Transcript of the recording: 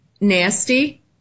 nasty